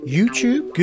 YouTube